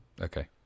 Okay